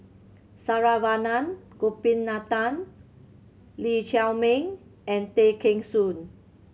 Saravanan Gopinathan Lee Chiaw Meng and Tay Kheng Soon